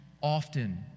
often